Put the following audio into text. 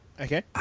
Okay